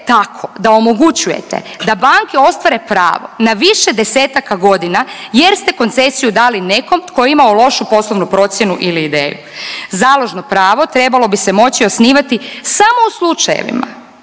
tako da omogućujete da banke ostvare pravo na više desetaka godina jer ste koncesiju dali nekom tko je imao lošu poslovnu procjenu ili ideju. Založno pravo trebalo bi se moći osnivati samo u slučajevima